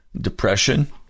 depression